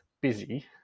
busy